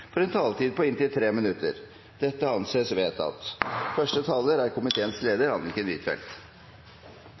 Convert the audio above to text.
får en taletid på inntil 3 minutter. – Det anses vedtatt.